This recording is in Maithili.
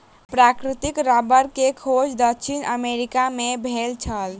प्राकृतिक रबड़ के खोज दक्षिण अमेरिका मे भेल छल